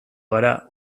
gara